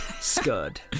scud